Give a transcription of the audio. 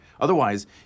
Otherwise